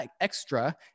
extra